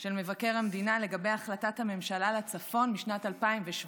של מבקר המדינה לגבי החלטת הממשלה על הצפון משנת 2017,